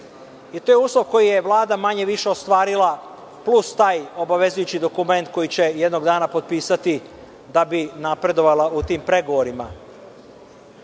To je uslov koji je Vlada manje-više ostvarila, plus taj obavezujući dokument koji će jednog dana potpisati da bi napredovala u tim pregovorima. Ali,